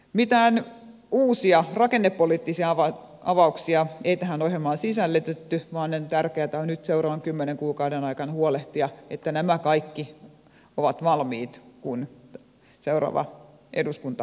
mitään uusia rakennepoliittisia avauksia ei tähän ohjelmaan sisällytetty vaan tärkeätä on nyt seuraavan kymmenen kuukauden aikana huolehtia että nämä kaikki ovat valmiit kun seuraava eduskunta aloittaa